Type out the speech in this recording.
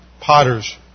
potter's